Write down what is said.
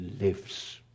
lives